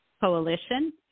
Coalition